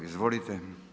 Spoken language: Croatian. Izvolite.